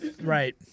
right